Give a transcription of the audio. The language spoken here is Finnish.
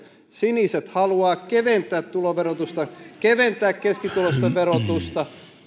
siniset haluaa keventää tuloverotusta keventää keskituloisten verotusta